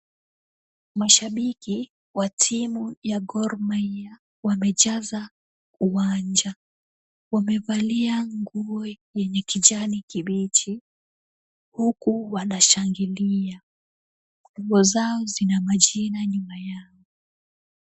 Mashabiki wa timu ya Gor Mahia wamejaza uwanja. Wamevalia nguo yenye kijani kibichi huku wanashangilia. Nguo zao zina majina nyuma yao.